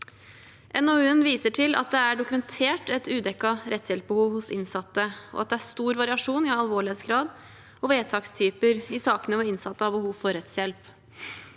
NOU-en viser til at det er dokumentert et udekket rettshjelpsbehov hos innsatte, og at det er stor variasjon i alvorlighetsgrad og vedtakstyper i sakene hvor innsatte har behov for rettshjelp.